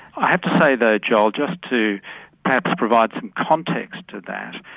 i have to say though joel, just to perhaps provide some context to that,